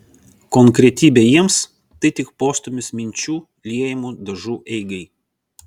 konkretybė jiems tai tik postūmis minčių liejamų dažų eigai